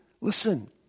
listen